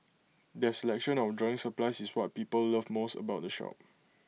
their selection of drawing supplies is what people love most about the shop